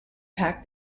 packed